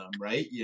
right